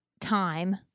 time